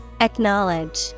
Acknowledge